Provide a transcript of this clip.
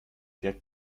wirkt